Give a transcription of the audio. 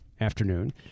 afternoon